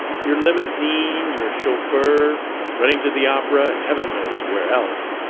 your limousine, your chauffeur running to the opera and heaven knows where else.